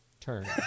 turn